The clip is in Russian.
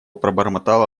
пробормотала